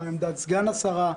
מה עמדת סגן השרה,